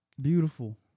beautiful